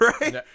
right